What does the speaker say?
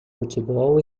futebol